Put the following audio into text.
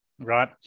Right